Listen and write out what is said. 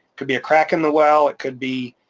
could be a crack in the well, it could be